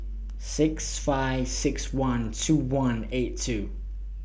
six five six one two one eight two